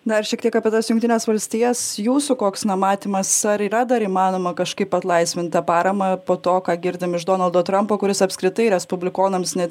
dar šiek tiek apie tas jungtines valstijas jūsų koks na matymas ar yra dar įmanoma kažkaip atlaisvint tą paramą po to ką girdim iš donaldo trumpo kuris apskritai respublikonams net